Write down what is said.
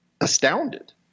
astounded